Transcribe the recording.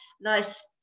nice